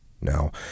now